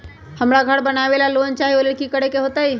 हमरा घर बनाबे ला लोन चाहि ओ लेल की की करे के होतई?